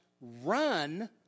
run